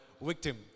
victim